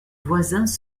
voisins